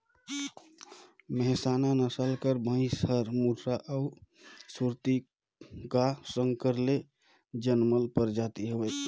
मेहसाना नसल कर भंइस हर मुर्रा अउ सुरती का संकर ले जनमल परजाति हवे